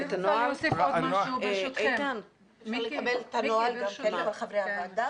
אפשר לשלוח את הנוהל לכל חברי הוועדה?